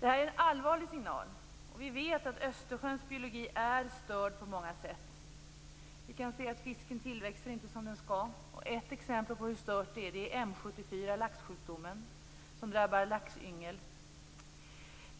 Det här är en allvarlig signal, och vi vet att Östersjöns biologi är störd på många sätt. Fiskens tillväxt är inte som den skall. Ett exempel på hur stört det är laxsjukdomen M 74, som drabbar laxyngel.